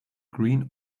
green